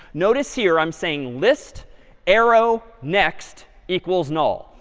notice here, i'm saying list arrow next equals null.